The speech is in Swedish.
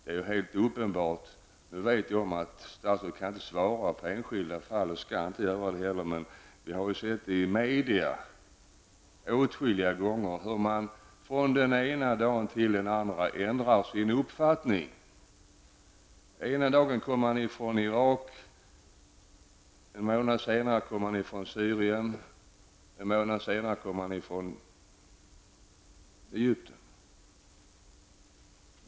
Nu vet jag att statsrådet inte kan uttala sig om enskilda fall och inte heller skall göra det, men vi har i media åtskilliga gånger sett hur man från den ena dagen till den andra ändrar sin uppgift. Den ena dagen kommer man ifrån Irak, en månad senare kommer man ifrån Syrien, och en månad därefter ifrån Egypten.